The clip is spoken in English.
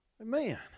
Amen